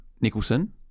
Nicholson